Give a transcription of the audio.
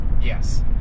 Yes